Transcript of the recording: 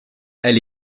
elle